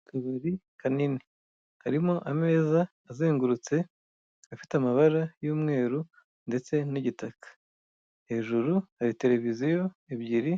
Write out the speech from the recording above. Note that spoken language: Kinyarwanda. Akabari kanini. Karimo ameza azengurutse, afite amabara y'umweru ndetse n'igitaka, hejuru hari televiziyo ebyiri,